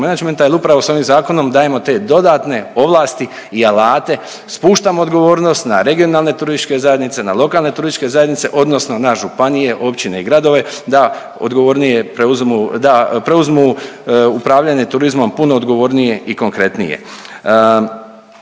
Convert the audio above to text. menadžmenta jer upravo s ovim Zakonom dajemo te dodatne ovlasti i alate, spuštamo odgovornost na regionalne turističke zajednice, na lokalne turističke zajednice, odnosno na županije, općine i gradove da odgovornije preuzmu, da preuzmu upravljanje turizmom puno odgovornije i konkretnije.